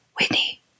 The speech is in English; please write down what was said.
Whitney